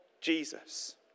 Jesus